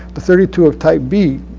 the thirty two of type b,